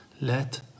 Let